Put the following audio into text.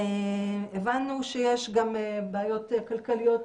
הבנו שיש גם בעיות כלכליות,